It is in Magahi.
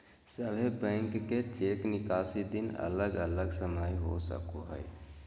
सभे बैंक के चेक निकासी दिन अलग अलग समय हो सको हय